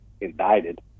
indicted